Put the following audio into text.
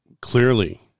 clearly